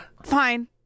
Fine